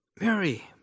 Mary